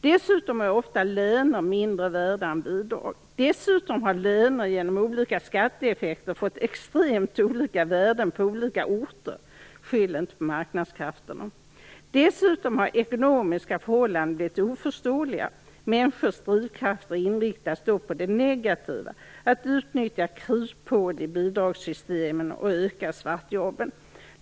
Dessutom är ofta löner mindre värda än bidrag och har genom olika skatteeffekter fått extremt olika värden på olika orter. Skyll inte på marknadskrafterna! Vidare har de ekonomiska förhållandena blivit oförståeliga. Människors drivkrafter inriktas då på det negativa, dvs. att utnyttja kryphål i bidragssystemen och öka svartjobben.